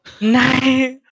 Nice